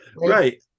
right